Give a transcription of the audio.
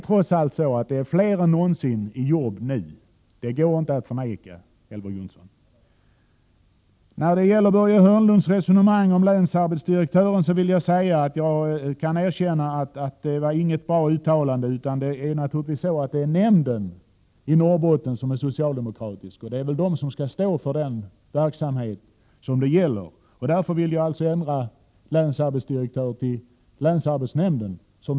Trots allt är det ändå fler än någonsin som har jobb nu — det går inte att förneka, Elver Jonsson. När det gäller Börje Hörnlunds resonemang om länsarbetsdirektören erkänner jag att mitt uttalande inte var bra. Det är naturligtvis nämnden i Norrbotten, som är socialdemokratisk, som skall stå för den verksamhet som det gäller. Därför vill jag alltså ändra ordet länsarbetsdirektören till länsarbetsnämnden.